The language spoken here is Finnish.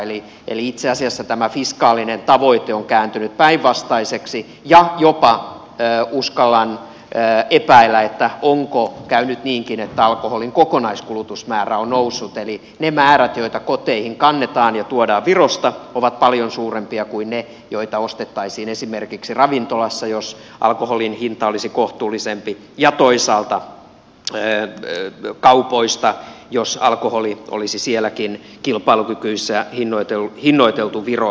eli itse asiassa tämä fiskaalinen tavoite on kääntynyt päinvastaiseksi ja jopa uskallan epäillä onko käynyt niinkin että alkoholin kokonaiskulutusmäärä on noussut eli ne määrät joita koteihin kannetaan ja tuodaan virosta ovat paljon suurempia kuin ne joita ostettaisiin esimerkiksi ravintolassa jos alkoholin hinta olisi kohtuullisempi ja toisaalta kaupoista jos alkoholi olisi sielläkin kilpailukykyisesti hinnoiteltu viroon nähden